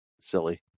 silly